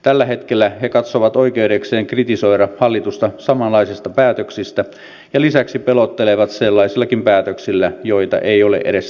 tällä hetkellä he katsovat oikeudekseen kritisoida hallitusta samanlaisista päätöksistä ja lisäksi pelottelevat sellaisillakin päätöksillä joita ei ole edes tehty